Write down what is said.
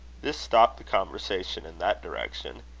this stopped the conversation in that direction.